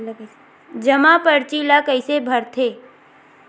जमा परची ल कइसे भरथे?